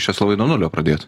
česlovai nuo nulio pradėjot